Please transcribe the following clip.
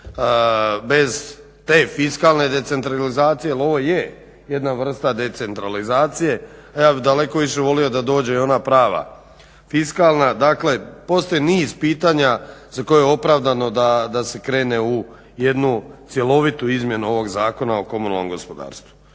bez te fiskalne decentralizacije jer ovo je jedna vrsta decentralizacije, a ja bih daleko više volio da dođe i ona prava fiskalna. Dakle postoji niz pitanja za koja je opravdano da se krene u jednu cjelovitu izmjenu ovog Zakona o komunalnom gospodarstvu.